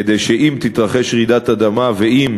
כדי שאם תתרחש רעידת אדמה ואם